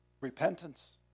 Repentance